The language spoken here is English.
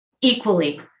equally